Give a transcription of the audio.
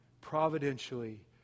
providentially